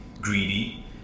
greedy